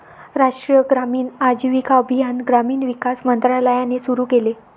राष्ट्रीय ग्रामीण आजीविका अभियान ग्रामीण विकास मंत्रालयाने सुरू केले